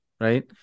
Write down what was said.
right